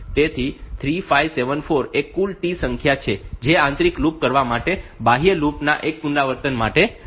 તેથી 3574 એ કુલ T ની સંખ્યા છે જે આંતરિક લૂપ કરવા માટે બાહ્ય લૂપ ના એક પુનરાવર્તન માટે જરૂરી છે